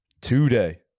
Today